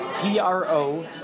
P-R-O